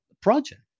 project